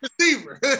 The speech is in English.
receiver